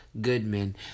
Goodman